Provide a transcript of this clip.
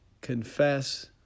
confess